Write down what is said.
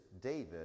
David